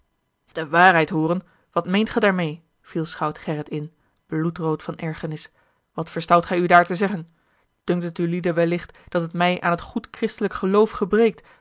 de waarheid hooren wat meent gij daarmeê viel schout gerrit in bloedrood van ergernis wat verstout gij u daar te zeggen dunkt het ulieden wellicht dat het mij aan het goed christelijk geloof